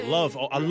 love